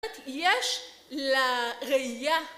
יש לה ראייה.